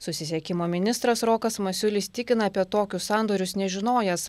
susisiekimo ministras rokas masiulis tikina apie tokius sandorius nežinojęs